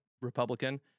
Republican